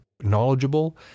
knowledgeable